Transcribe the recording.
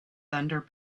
thunder